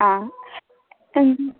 ആ എ